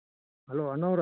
ಹಾಂ ಹಲೋ ಹೇಳಿ ರೀ